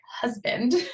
husband